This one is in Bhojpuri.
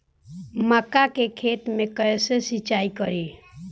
मका के खेत मे कैसे सिचाई करी?